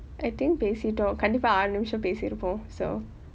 I think பேசிட்டோம் கண்டிப்பா ஆறு நிமிஷம் பேசிருப்போம்:pesittom kandippaa aaru nimisham pesiruppom so